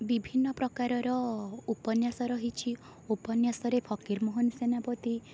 ବିଭିନ୍ନ ପ୍ରକାରର ଉପନ୍ୟାସ ରହିଛି ଉପନ୍ୟାସରେ ଫକୀର ମୋହନ ସେନାପତି